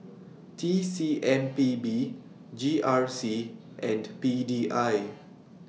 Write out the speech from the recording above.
T C M P B G R C and P D I